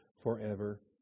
forever